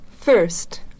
First